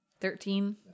Thirteen